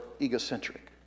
egocentric